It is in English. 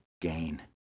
gain